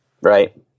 Right